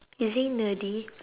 is he nerdy